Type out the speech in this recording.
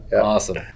awesome